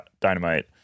Dynamite